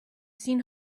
seen